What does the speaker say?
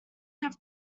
have